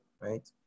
right